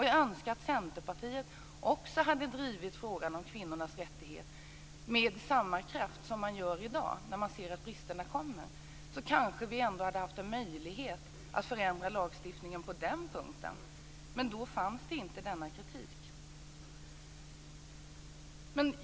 Jag önskar att Centerpartiet också hade drivit frågan om kvinnornas rättighet med samma kraft som man gör i dag när man ser att bristerna kommer. Då kanske vi ändå hade haft en möjlighet att förändra lagstiftningen på den punkten. Men då fanns inte denna kritik.